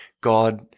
God